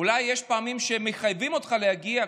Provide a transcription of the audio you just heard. אולי יש פעמים שמחייבים אותך להגיע,